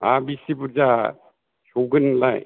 हा बेसे बुरजा सौगोन नोंलाय